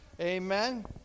Amen